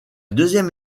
deuxième